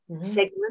segment